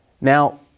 Now